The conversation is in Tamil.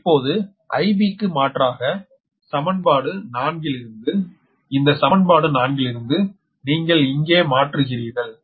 இப்போது 𝑰𝑩 க்கு மாற்றாக சமன்பாடு 4 இலிருந்து இந்த சமன்பாடு 4 இலிருந்து நீங்கள் இங்கே மாற்றுகிறீர்கள்